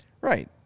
Right